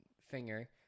finger